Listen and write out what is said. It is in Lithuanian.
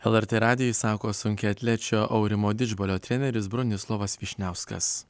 lrt radijui sako sunkiaatlečio aurimo didžbalio treneris bronislovas vyšniauskas